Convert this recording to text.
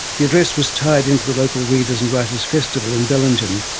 the address was tied into the local readers' and writers' festival in bellingen,